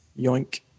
Yoink